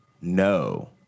No